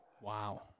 Wow